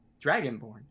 Dragonborn